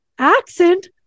Accent